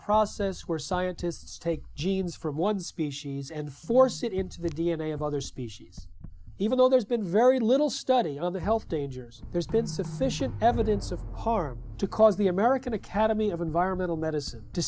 process where scientists take genes from one species and force it into the d n a of other species even though there's been very little study of the health dangers there's been sufficient evidence of harm to cause the american academy of environmental medicine to